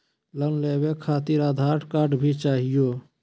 Loan लेवे खातिरआधार card भी चाहियो?